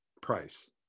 price